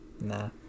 Nah